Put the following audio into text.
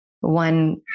One